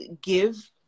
give